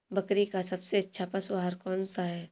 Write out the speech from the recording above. बकरी का सबसे अच्छा पशु आहार कौन सा है?